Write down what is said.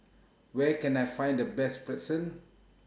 Where Can I Find The Best